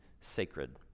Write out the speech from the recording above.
sacred